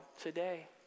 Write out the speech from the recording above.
today